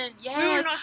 Yes